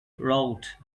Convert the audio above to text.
wrote